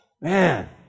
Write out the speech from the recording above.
Man